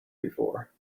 before